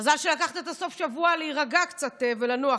מזל שלקחת את סוף השבוע להירגע קצת ולנוח,